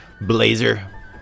blazer